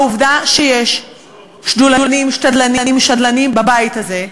העובדה שיש שדולנים-שתדלנים-שדלנים בבית הזה,